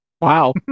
wow